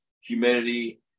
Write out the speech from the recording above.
humidity